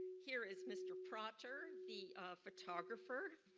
here is mr. prater the photographer.